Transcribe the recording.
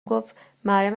گفتمریم